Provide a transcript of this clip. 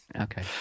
Okay